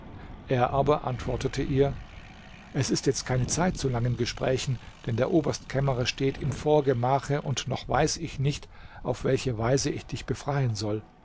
er aber antwortete ihr es ist jetzt keine zeit zu langen gesprächen denn der oberstkämmerer steht im vorgemache und noch weiß ich nicht auf welche weise ich dich befreien soll